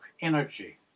energy